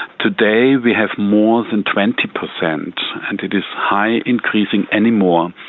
today, we have more than twenty per cent, and it is high increasing any more.